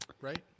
right